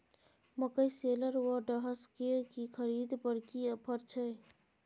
मकई शेलर व डहसकेर की खरीद पर की ऑफर छै?